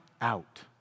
out